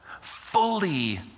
fully